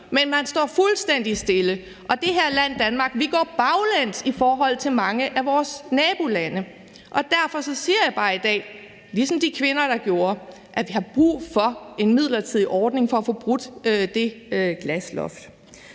men det står fuldstændig stille, og i det her land, i Danmark, går vi baglæns i forhold til mange af vores nabolande. Derfor siger jeg bare her i dag, ligesom de kvinder gjorde det, at vi har brug for en midlertidig ordning for at få brudt det glasloft.